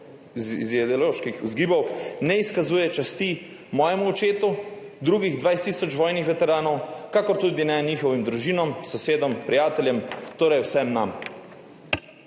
političnoideoloških vzgibov, ne izkazuje časti mojemu očetu, drugim 20 tisoč vojnim veteranom ter tudi ne njihovim družinam, sosedom, prijateljem, torej vsem nam.